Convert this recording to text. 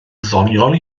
ddoniol